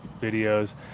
videos